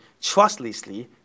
trustlessly